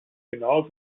genauso